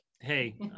hey